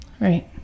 Right